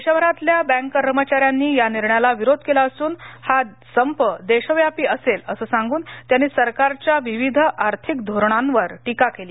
देशभरातल्या बॅक कर्मचा यांनी या निर्णयाला विरोध केला असून हा संप देशव्यापी असेल सांगून त्यांनी सरकारच्या विविध आर्थिक धोरणांवर टीका केली